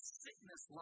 sickness